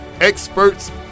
experts